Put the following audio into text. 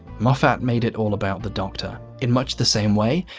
moffat made it all about the doctor in much the same way,